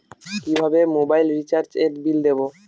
কিভাবে মোবাইল রিচার্যএর বিল দেবো?